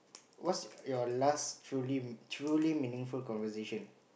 what's your last truly truly meaningful conversation